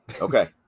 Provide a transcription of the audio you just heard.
Okay